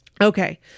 Okay